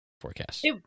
forecast